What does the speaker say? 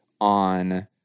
on